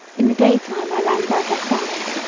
in the daytime i ran by her side,